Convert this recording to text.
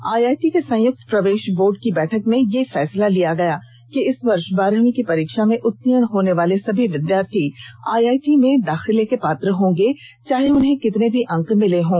IIT के संयुक्त प्रवेश बोर्ड की बैठक में यह फैसला लिया गया कि इस वर्ष बारहवीं की परीक्षा में उत्तीर्ण होने वाले सभी विद्यार्थी आईआईटी में दाखिले के पात्र होंगे चाहे उन्हें कितने भी अंक मिले हों